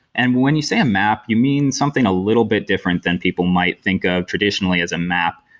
and when you say a map, you mean something a little bit different than people might think of traditionally as a map.